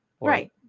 Right